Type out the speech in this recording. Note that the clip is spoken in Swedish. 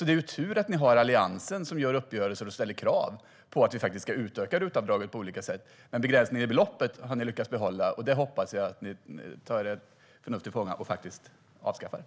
Det är tur att ni har Alliansen, som gör uppgörelser och ställer krav på att utöka RUT-avdraget på olika sätt. Men begränsningen i beloppet har ni lyckats behålla, och där hoppas jag att ni tar ert förnuft till fånga och avskaffar den.